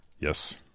Yes